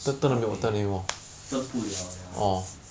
很美 turn 不了 liao